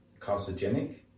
carcinogenic